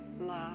love